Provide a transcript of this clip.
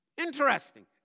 Interesting